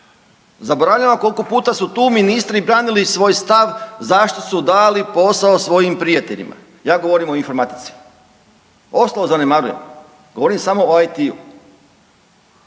Zaboravljamo koliko puta su tu ministri branili svoj stav zašto su dali posao svojim prijateljima. Ja govorim o informatici, ostalo zanemarujem. Govorim samo o IT-u.